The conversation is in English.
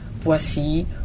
voici